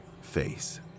face